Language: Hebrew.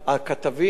העיתונאים,